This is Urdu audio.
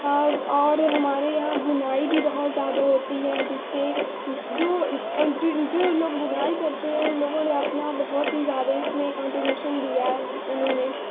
اور اور ہمارے یہاں بُنائی بھی بہت زیادہ ہوتی ہے جس سے جو جو لوگ بُنائی کرتے ہیں ان لوگوں نے اپنا بہت ہی زیادہ اس میں کنٹریبیوشن دیا ہے انہوں نے